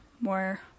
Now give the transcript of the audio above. more